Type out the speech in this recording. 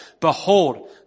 behold